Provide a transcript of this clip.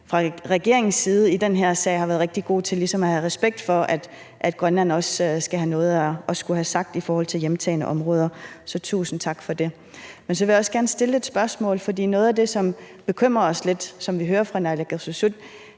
været rigtig god til i den her sag ligesom at have respekt for, at Grønland også skal have noget at skulle have sagt i forhold til hjemtagne områder. Så tusind tak for det. Men så vil jeg også gerne stille et spørgsmål, for noget af det, som bekymrer os lidt, og som vi hører fra naalakkersuisut,